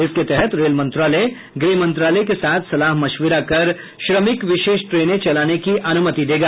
इसके तहत रेल मंत्रालय गृह मंत्रालय के साथ सलाह मशविरा कर श्रमिक विशेष ट्रेनें चलाने की अनुमति देगा